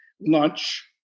lunch